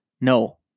No